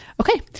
Okay